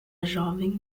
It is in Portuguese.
jovem